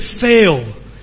fail